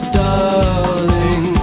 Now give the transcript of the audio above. darling